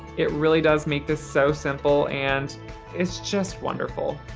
it really does make this so simple and it's just wonderful.